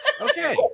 Okay